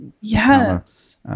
Yes